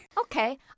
Okay